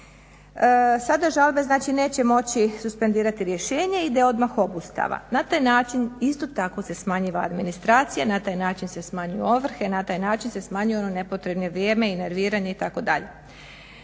Sada žalbe znači neće moći suspendirati rješenje, ide odmah obustava. Na taj način isto tako se smanjiva administracija, na taj način se smanjuju ovrhe, na taj način se smanjuje ono nepotrebno vrijeme i nerviranje, itd.